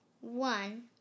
one